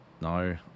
No